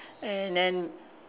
and then